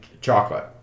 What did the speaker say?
chocolate